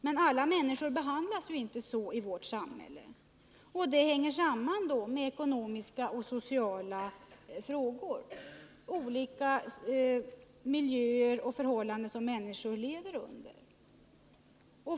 Men alla människor behandlas inte så i vårt samhälle, och det hänger samman med ekonomiska och sociala frågor, som att människor lever i olika miljöer och under olika förhållanden.